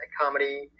comedy